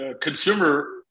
consumer